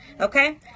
Okay